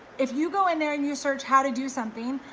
if you go in there and you search how to do something,